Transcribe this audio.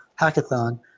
hackathon